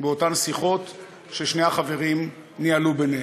באותן שיחות ששני החברים ניהלו ביניהם.